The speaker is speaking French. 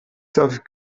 savent